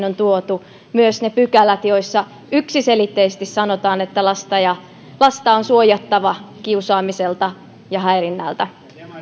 on tuotu myös ne pykälät joissa yksiselitteisesti sanotaan että lasta on suojattava kiusaamiselta ja häirinnältä